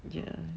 ya